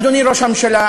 אדוני ראש הממשלה,